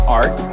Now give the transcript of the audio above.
art